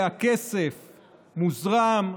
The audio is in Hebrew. והכסף מוזרם,